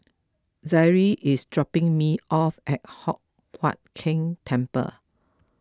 Zaire is dropping me off at Hock Huat Keng Temple